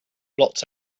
blots